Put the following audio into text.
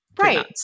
Right